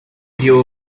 view